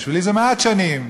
בשבילי זה מעט שנים,